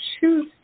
choose